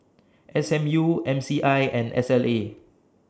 S M U M C I and S L A